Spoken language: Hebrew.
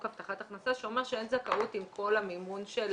הבטחת הכנסה שאומרת שאם כל המימון של